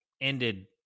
ended